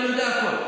אני יודע הכול,